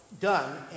done